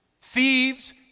thieves